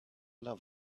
love